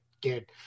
get